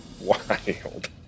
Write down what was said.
Wild